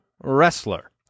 wrestler